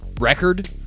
record